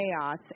Chaos